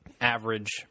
average